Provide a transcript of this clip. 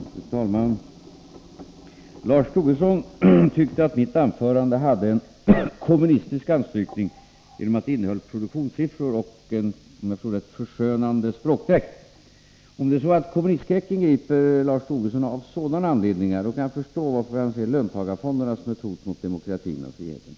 Fru talman! Lars Tobisson tyckte att mitt anförande hade en kommunistisk anstrykning genom att det innehöll produktionssiffror och, om jag förstod det rätt, klädde fakta i en förskönande språkdräkt. Om det är så att kommunistskräcken griper Lars Tobisson av sådana anledningar kan jag förstå varför han ser löntagarfonderna som ett hot mot demokratin och friheten.